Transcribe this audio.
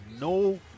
no